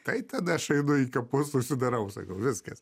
tai tada aš einu į kapus užsidarau sakau viskas